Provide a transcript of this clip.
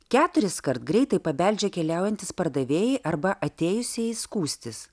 keturiskart greitai pabeldžia keliaujantys pardavėjai arba atėjusieji skųstis